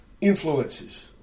influences